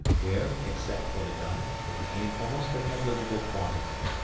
where, except for the gun, it became almost a negligible quantity.